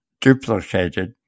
duplicated